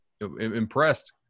impressed